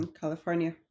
california